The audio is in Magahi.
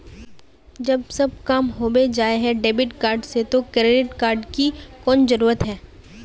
जब सब काम होबे जाय है डेबिट कार्ड से तो क्रेडिट कार्ड की कोन जरूरत है?